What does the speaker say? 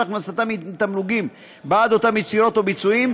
הכנסתם היא מתמלוגים בעד אותם יצירות או ביצועים,